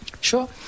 Sure